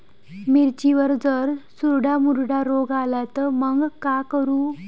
मिर्चीवर जर चुर्डा मुर्डा रोग आला त मंग का करू?